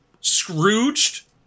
Scrooged